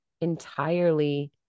entirely